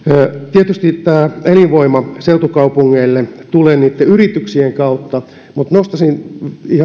tietysti tämä elinvoima seutukaupungeille tulee niitten yrityksien kautta mutta nostaisin ihan tähän